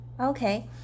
Okay